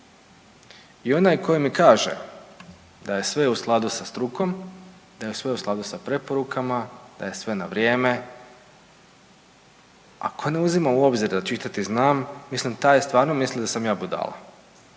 I onaj koji mi kaže da je sve u skladu sa strukom, da je sve u skladu sa preporukama, da je sve na vrijeme, ako ne uzimam u obzir da čitati znam, mislim taj stvarno misli da sam ja budala.